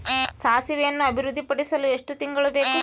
ಸಾಸಿವೆಯನ್ನು ಅಭಿವೃದ್ಧಿಪಡಿಸಲು ಎಷ್ಟು ತಿಂಗಳು ಬೇಕು?